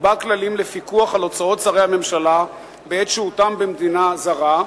יקבע כללים לפיקוח על הוצאות שרי הממשלה בעת שהותם במדינה זרה,